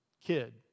kid